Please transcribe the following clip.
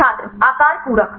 छात्र आकार पूरक